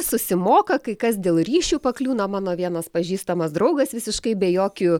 susimoka kai kas dėl ryšių pakliūna mano vienas pažįstamas draugas visiškai be jokių